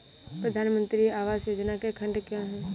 प्रधानमंत्री आवास योजना के खंड क्या हैं?